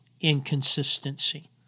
inconsistency